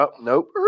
nope